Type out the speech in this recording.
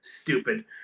Stupid